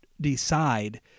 decide